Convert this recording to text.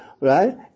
Right